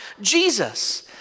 Jesus